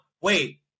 wait